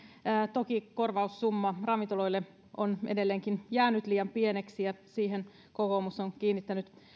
toki korvaussumma ravintoloille on edelleenkin jäänyt liian pieneksi ja siihen kokoomus on kiinnittänyt